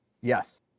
Yes